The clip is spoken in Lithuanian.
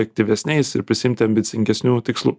aktyvesniais ir prisiimti ambicingesnių tikslų